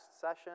session